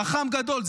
חכם גדול.